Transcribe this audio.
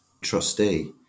trustee